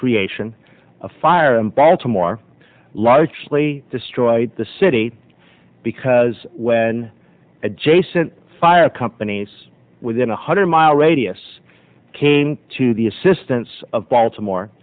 creation a fire in baltimore largely destroyed the city because when adjacent fire companies within a hundred mile radius came to the assistance of baltimore